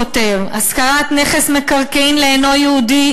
כתוב: השכרת נכס מקרקעין לאינו יהודי,